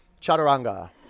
Chaturanga